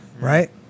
right